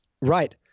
right